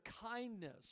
kindness